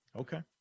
Okay